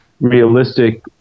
realistic